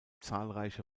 zahlreiche